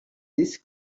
this